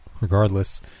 Regardless